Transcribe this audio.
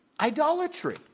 idolatry